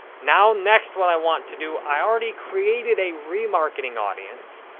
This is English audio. now, next, what i want to do, i already created a remarketing audience,